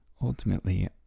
ultimately